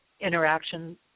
interaction